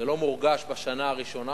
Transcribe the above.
זה לא מורגש בשנה הראשונה,